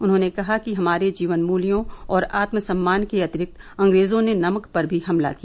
उन्होंने कहा कि हमारे जीवन मृत्यों और आत्म सम्मान के अतिरिक्त अंग्रेजों ने नमक पर भी हमला किया